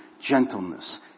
Gentleness